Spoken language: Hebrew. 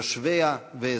יושביה ואזרחיה.